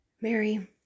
Mary